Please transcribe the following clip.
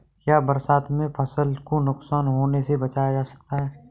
क्या बरसात में फसल को नुकसान होने से बचाया जा सकता है?